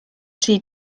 tri